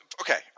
okay